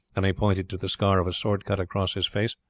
and he pointed to the scar of a sword-cut across his face.